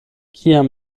kiam